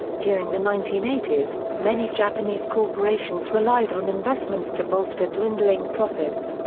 during the nineteen eighty s, many japanese corporations relied on investments to bolster dwindling profits,